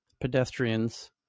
pedestrians